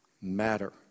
matter